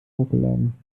hochgeladen